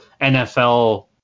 NFL